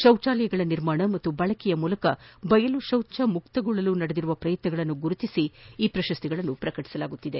ಶೌಚಾಲಯಗಳ ನಿರ್ಮಾಣ ಮತ್ತು ಬಳಕೆಯ ಮೂಲಕ ಬಯಲು ಶೌಚಮುಕ್ತಗೊಳ್ಳಲು ನಡೆಸಿರುವ ಪ್ರಯತ್ನಗಳನ್ನು ಗುರುತಿಸಿ ಈ ಪ್ರಶಸ್ತಿಗಳನ್ನು ಪ್ರಕಟಿಸಲಾಗುತ್ತದೆ